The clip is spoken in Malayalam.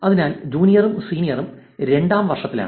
അതിനാൽ ജൂനിയറും സീനിയറും രണ്ടാം വർഷത്തിലാണ്